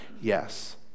Yes